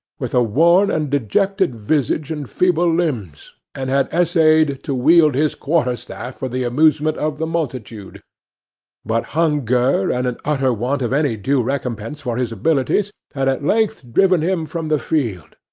with a worn and dejected visage and feeble limbs, and had essayed to wield his quarter-staff for the amusement of the multitude but hunger, and an utter want of any due recompense for his abilities, had at length driven him from the field,